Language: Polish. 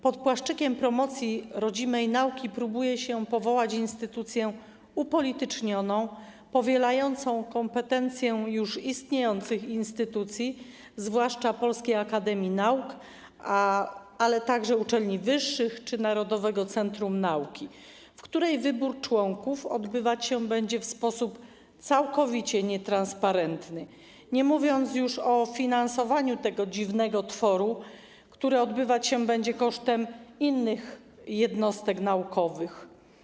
Pod płaszczykiem promocji rodzimej nauki próbuje się powołać upolitycznioną instytucję powielającą kompetencje już istniejących instytucji, zwłaszcza Polskiej Akademii Nauk, ale także uczelni wyższych czy Narodowego Centrum Nauki, w której wybór członków odbywać się będzie w sposób całkowicie nietransparentny, nie mówiąc już o finansowaniu tego dziwnego tworu, które odbywać się będzie kosztem innych jednostek naukowych.